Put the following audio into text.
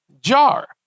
jar